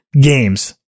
games